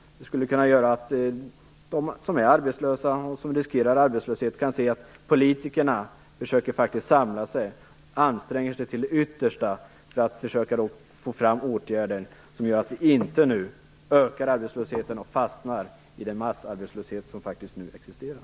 Det skulle bidra till att de som är arbetslösa eller som riskerar att bli arbetslösa ser att politikerna faktiskt försöker samla sig och anstränger sig till det yttersta för att få fram åtgärder som gör att arbetslösheten inte ökar och att vi inte fastnar i den massarbetslöshet som nu faktiskt existerar.